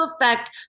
affect